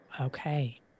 Okay